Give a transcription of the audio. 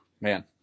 Man